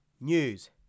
news